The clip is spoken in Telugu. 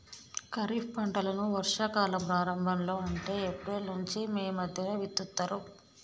ఖరీఫ్ పంటలను వర్షా కాలం ప్రారంభం లో అంటే ఏప్రిల్ నుంచి మే మధ్యలో విత్తుతరు